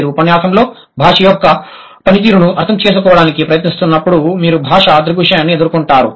మీరు ఉపన్యాసంలో భాష యొక్క పనితీరును అర్థం చేసుకోవడానికి ప్రయత్నిస్తున్నప్పుడు మీరు భాషా దృగ్విషయాన్ని ఎదుర్కొoటారు